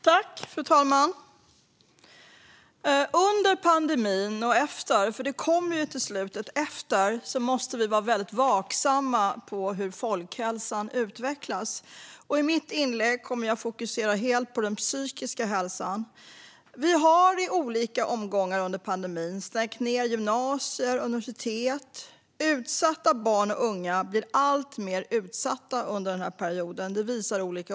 Fru talman! Under och efter pandemin - för det kommer till slut ett efter - måste vi vara vaksamma på hur folkhälsan utvecklas. I mitt inlägg kommer jag att fokusera helt på den psykiska hälsan. Vi har i olika omgångar under pandemin stängt ned gymnasier och universitet. Olika undersökningar visar att utsatta barn och unga har blivit alltmer utsatta under den här perioden.